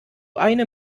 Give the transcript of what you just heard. eine